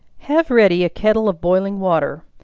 have ready a kettle of boiling water,